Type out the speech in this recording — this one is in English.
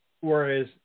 whereas